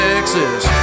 Texas